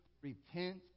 repent